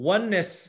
Oneness